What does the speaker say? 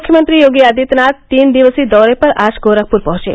मुख्यमंत्री योगी आदित्यनाथ तीन दिवसीय दौरे पर आज गोरखपुर पहुंचे